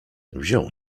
wziął